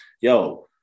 yo